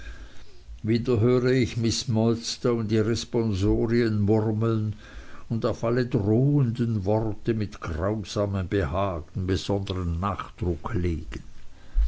wieder höre ich miß murdstone die responsorien murmeln und auf alle drohenden worte mit grausamem behagen besondern nachdruck legen